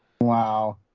Wow